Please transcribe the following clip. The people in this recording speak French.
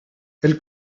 elle